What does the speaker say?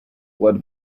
blood